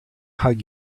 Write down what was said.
hug